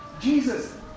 Jesus